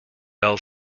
bell